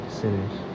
sinners